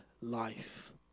life